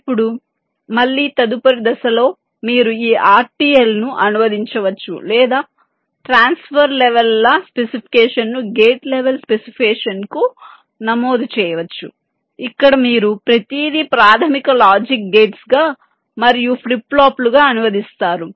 ఇప్పుడు మళ్ళీ తదుపరి దశలో మీరు ఈ RTL ను అనువదించవచ్చు లేదా ట్రాన్స్ఫర్ లెవల్ ల స్పెసిఫికేషన్ను గేట్ లెవల్ స్పెసిఫికేషన్కు నమోదు చేయవచ్చు ఇక్కడ మీరు ప్రతిదీ ప్రాథమిక లాజిక్ గేట్స్గా మరియు ఫ్లిప్ ఫ్లాప్ లుగా అనువదిస్తారు